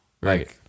Right